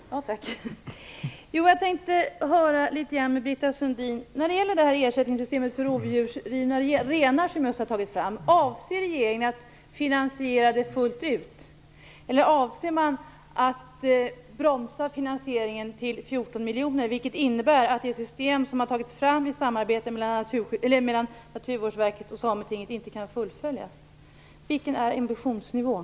Herr talman! Jag tänkte höra litet med Britta Sundin när det gäller det ersättningssystem för rovdjursrivna renar som just har tagits fram: Avser regeringen att finansiera det fullt ut? Eller avser man att bromsa finansieringen till 14 miljoner, vilket innebär att det system som har tagits fram i samarbete mellan Naturvårdsverket och Sametinget inte kan fullföljas? Vilken är ambitionsnivån?